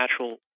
natural